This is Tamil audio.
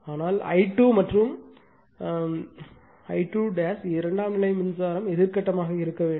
ஆனால் I2 மற்றும் I2 இரண்டாம் நிலை மின்சாரம் எதிர் கட்டமாக இருக்க வேண்டும்